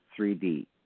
3D